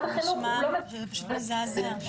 מזעזע.